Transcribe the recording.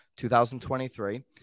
2023